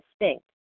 distinct